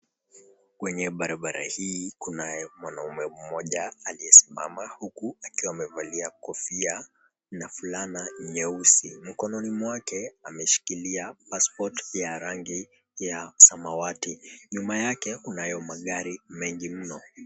Kwenye barabara hii kunaye mwanamume mmoja aliyesimama, huku akiwa amevalia kofia na fulana nyeusi. Mkononi mwake ameshikilia passport ya rangi ya samawati. Nyuma yake, kunayo magari mengi mno.